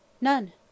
None